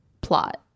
plot